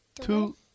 two